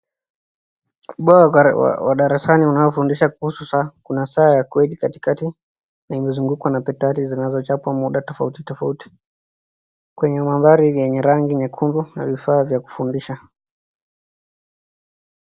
Ubao wa darasani ambao unafundisha kuhusu saa. Kuna saa ya kweli katikati na imezungukwa na [Battery] zinazochapa kwa mda tofauti tofauti. Kwenye mandhari yenye rangi nyekundu, viko vifaa vya kufundisha